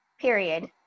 Period